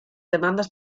demandas